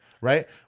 right